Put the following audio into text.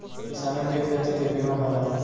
किसानन के खेत के बीमा होला